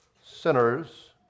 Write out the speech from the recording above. sinners